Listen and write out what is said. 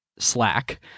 Slack